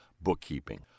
bookkeeping